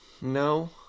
No